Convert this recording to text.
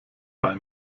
bei